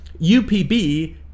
UPB